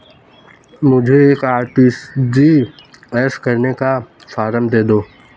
मुझे एक आर.टी.जी.एस करने का फारम दे दो?